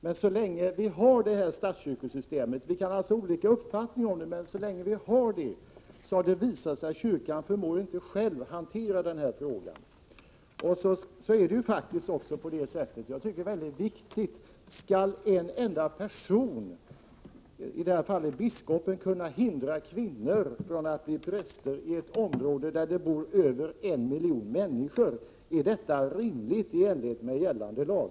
Men vi har ännu så länge ett statskyrkosystem, som man kan ha olika uppfattningar om, och det har visat sig att kyrkan inte förmår att själv hantera frågan om prästvigning av kvinnor i Göteborgs stift. En fråga, som jag tycker är mycket viktig, är då denna: Skall en enda person, i det här fallet biskopen, kunna hindra kvinnor från att bli präster i ett område där det bor över en miljon människor? Är detta rimligt och i enlighet med gällande lag?